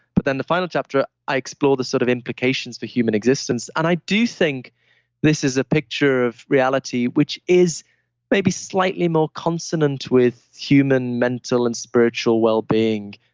but then the final chapter, i explore the sort of implications for human existence. and i do think this is a picture of reality, which is maybe slightly more consonant with human, mental and spiritual wellbeing.